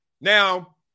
now